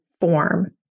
form